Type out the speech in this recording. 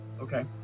Okay